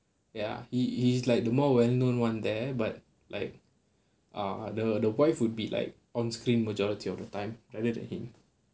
ya he he's like the more well known one there but like ah the the wife would be like onscreen majority of the time rather than him